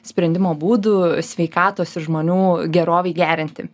sprendimo būdų sveikatos ir žmonių gerovei gerinti